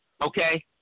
okay